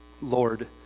Lord